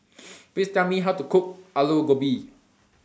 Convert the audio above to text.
Please Tell Me How to Cook Aloo Gobi